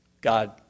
God